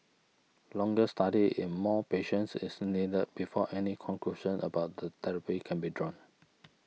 longer study in more patients is needed before any conclusions about the therapy can be drawn